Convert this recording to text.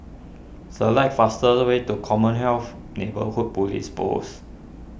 select fastest way to Commonwealth Neighbourhood Police Post